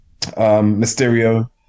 Mysterio